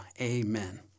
Amen